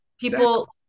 people